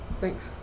thanks